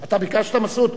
אתה ביקשת, מסעוד?